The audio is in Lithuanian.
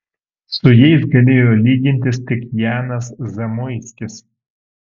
su jais galėjo lygintis tik janas zamoiskis